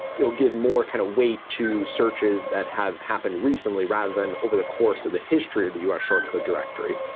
will give more kind of weight to searches that have happened recently rather than over the course of the history of the u s. short code directory.